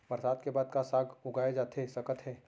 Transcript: बरसात के बाद का का साग उगाए जाथे सकत हे?